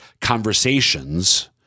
conversations